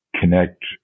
connect